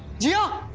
jia,